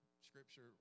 scripture